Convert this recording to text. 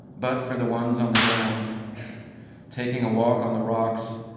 but for the ones on the ground taking a walk on the rocks,